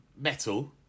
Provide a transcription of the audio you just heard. metal